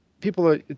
people